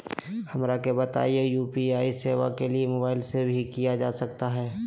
हमरा के बताइए यू.पी.आई सेवा के लिए मोबाइल से भी किया जा सकता है?